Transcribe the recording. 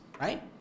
right